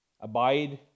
Abide